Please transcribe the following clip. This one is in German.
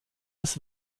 des